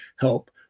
help